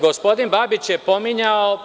Gospodin Babić je pominjao…